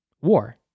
War